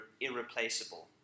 irreplaceable